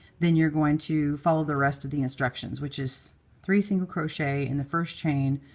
then you're going to follow the rest of the instructions, which is three single crochet in the first chain,